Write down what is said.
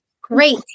great